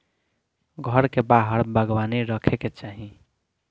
घर के बाहर बागवानी रखे के चाही